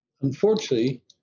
Unfortunately